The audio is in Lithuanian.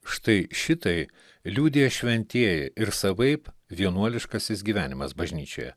štai šitai liudija šventieji ir savaip vienuoliškasis gyvenimas bažnyčioje